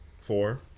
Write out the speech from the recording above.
Four